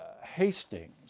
Hastings